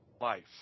life